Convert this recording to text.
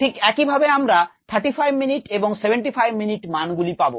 ঠিক একইভাবে আমরা 35 মিনিট এবং 75 মিনিট মানগুলি পাবো